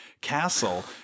castle